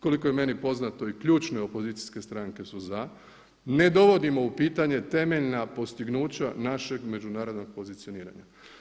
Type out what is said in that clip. Koliko je meni poznato i ključne opozicijske stranke su za, ne dovodimo u pitanje temeljna postignuća našeg međunarodnog pozicioniranja.